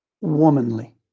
womanly